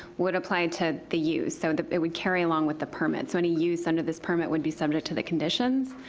would apply to the use, so it would carry along with the permit, so any use under this permit would be subject to the conditions.